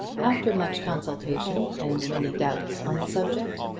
after much consultation and many doubts on the subject,